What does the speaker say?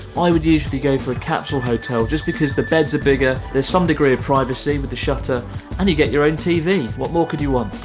i would usually go for a capsule hotel, just because the beds are bigger, there's some degree of privacy with the shutter and you get your own tv! what more could you want?